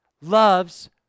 loves